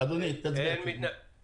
בעד (30) עד (37) פה אחד (30) עד (37)